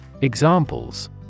Examples